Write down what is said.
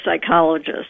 psychologist